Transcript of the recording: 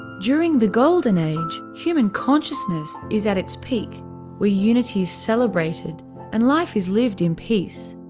during the golden age, human consciousness is at its peak where unity is celebrated and life is lived in peace,